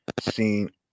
seen